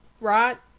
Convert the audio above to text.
right